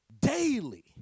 daily